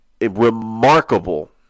remarkable